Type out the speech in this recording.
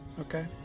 Okay